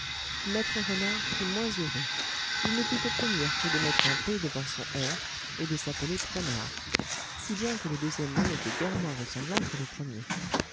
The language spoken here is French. maître renard fut moins heureux il ne put obtenir que de mettre un p devant son r et de s'appeler prenard si bien que le deuxième nom n'était guère moins ressemblant que le premier